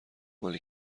مال